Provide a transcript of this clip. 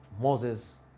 Moses